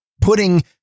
putting